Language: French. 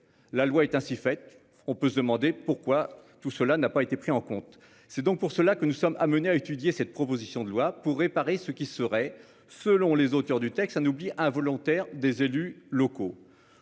La loi est ainsi faite, on peut se demander pourquoi tout cela n'a pas été pris en compte. C'est donc pour cela que nous sommes amenés à étudier cette proposition de loi pour réparer ce qui serait, selon les auteurs du texte, un oubli involontaire des élus locaux.